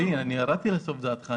אני מבין, ירדתי לסוף דעתך.